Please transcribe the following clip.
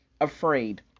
afraid